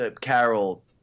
Carol